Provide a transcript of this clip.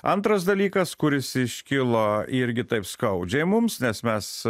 antras dalykas kuris iškilo irgi taip skaudžiai mums nes mes